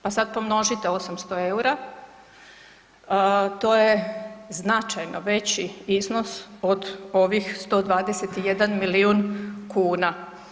Pa sad pomnožite 800 eura to je značajno veći iznos od ovih 121 milijun kuna.